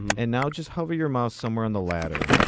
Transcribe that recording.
and now just hover your mouse somewhere on the ladder,